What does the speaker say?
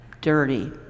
dirty